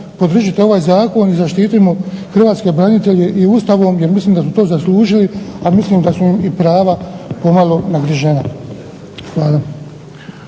podržite ovaj zakon i zaštitimo hrvatske branitelje i Ustavom, jer mislim da su to zaslužili, a mislim da su i prava pomalo nagrižena. Hvala.